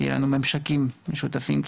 שיהיו לנו ממשקים משותפים,